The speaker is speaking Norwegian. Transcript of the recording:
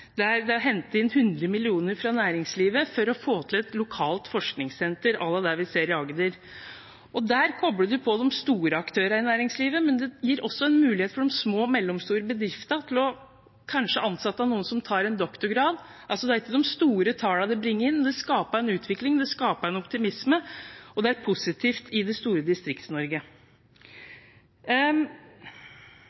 Det er hentet inn 100 mill. kr fra næringslivet for å få til et lokalt forskningssenter à la det vi ser i Agder. Der kobler en på de store aktørene i næringslivet, men det gir også en mulighet for de små og mellomstore bedriftene til kanskje å ansette noen som tar en doktorgrad. Det er ikke de store tallene det bringer inn, men det skaper en utvikling og en optimisme, og det er positivt i det store